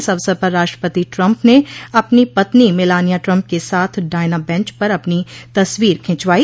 इस अवसर पर राष्ट्रपति ट्रंप ने अपनी पत्नी मलानिया ट्रंप के साथ डायना बेंच पर अपनी तस्वीर खिंचवाई